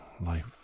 life